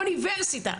אוניברסיטה,